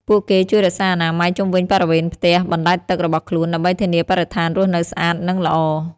ពួកគេជួយរក្សាអនាម័យជុំវិញបរិវេណផ្ទះបណ្ដែតទឹករបស់ខ្លួន ដើម្បីធានាបរិស្ថានរស់នៅស្អាត និងល្អ។